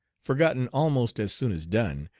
forgotten almost as soon as done,